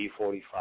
B45